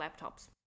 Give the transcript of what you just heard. laptops